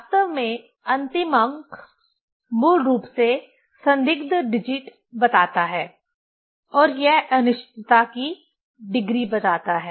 वास्तव में अंतिम अंक मूल रूप से संदिग्ध डिजिट बताता है और यह अनिश्चितता की डिग्री बताता है